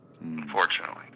unfortunately